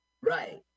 right